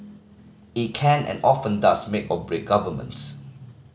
it can and often does make or break governments